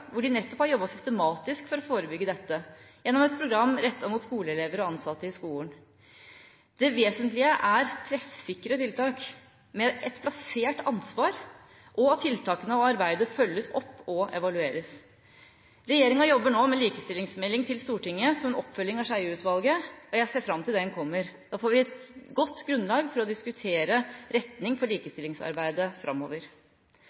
hvor de nettopp har jobbet systematisk for å forebygge dette gjennom et program rettet mot skoleelever og ansatte i skolen. Det vesentlige er treffsikre tiltak med et plassert ansvar, og at tiltakene og arbeidet følges opp og evalueres. Regjeringa jobber nå med likestillingsmelding til Stortinget – som en oppfølging av Skjeie-utvalget – og jeg ser fram til at den kommer. Da får vi et godt grunnlag for å diskutere retning for likestillingsarbeidet framover.